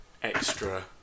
extra